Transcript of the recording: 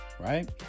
right